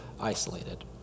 isolated